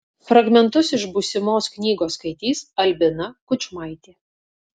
fragmentus iš būsimos knygos skaitys albina kudžmaitė